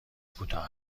کوتاه